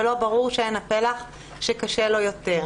ולא ברור שהן הפלח שקשה לו יותר.